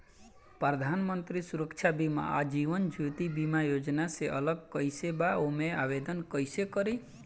प्रधानमंत्री सुरक्षा बीमा आ जीवन ज्योति बीमा योजना से अलग कईसे बा ओमे आवदेन कईसे करी?